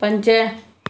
पंज